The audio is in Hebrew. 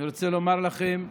אני רוצה לומר לכם,